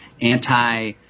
anti